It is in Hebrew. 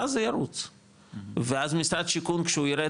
ואז זה ירוץ ואז משרד שיכון כשהוא יראה